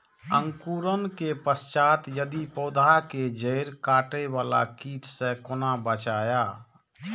अंकुरण के पश्चात यदि पोधा के जैड़ काटे बाला कीट से कोना बचाया?